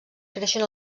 creixen